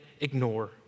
ignore